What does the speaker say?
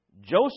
Joseph